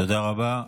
תודה רבה.